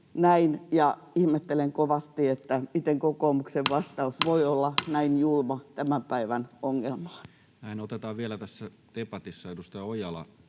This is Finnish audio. näin, ja ihmettelen kovasti, miten kokoomuksen vastaus voi olla näin julma tämän päivän ongelmaan. Näin. — Otetaan vielä tässä debatissa edustaja